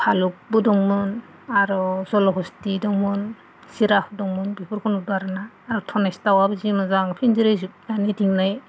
भालुगबो दंमोन आरो जल'हस्थि दंमोन जिराफ दंमोन बेफोरखौ नुदों आरॆना आरो धनेस दाउवाबो जि मोजां फिनज्रायाव जोबनानै दोननाय